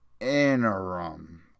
interim